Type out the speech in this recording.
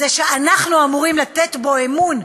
זה שאנחנו אמורים לתת בו אמון,